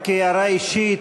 רק הערה אישית.